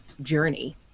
journey